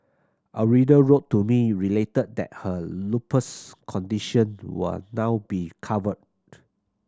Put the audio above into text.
a reader wrote to me related that her lupus condition will now be covered